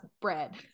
bread